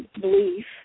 belief